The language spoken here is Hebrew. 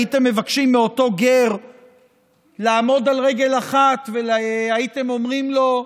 הייתם מבקשים מאותו גר לעמוד על רגל אחת והייתם אומרים לו: